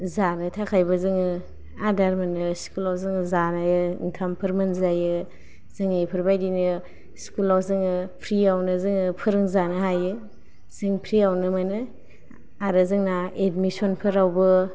जानो थाखायबो जोंङो आदार मोनो स्कुलाव जोंङो जानो ओंखामफोर मोनजायो जों इफोरबायदिनो स्कुलाव जोंङो फ्रि आवनो जोंङो फोरोंजानो हायो जों फ्रिआवनो मोनो आरो जोंना एडमिशनफोरावबो